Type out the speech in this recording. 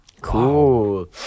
Cool